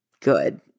good